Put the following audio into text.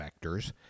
vectors